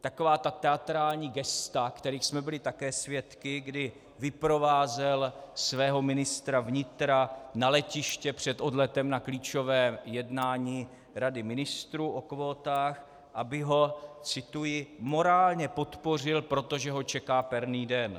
taková ta teatrální gesta, kterých jsme byli také svědky, kdy vyprovázel svého ministra vnitra na letiště před odletem na klíčové jednání rady ministrů o kvótách, aby ho cituji: morálně podpořil, protože ho čeká perný den.